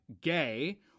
gay